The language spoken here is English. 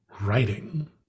writing